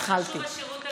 השירות הלאומי.